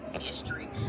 history